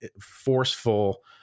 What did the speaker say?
forceful